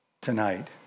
tonight